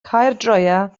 caerdroea